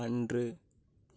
அன்று